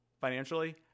financially